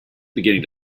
beginning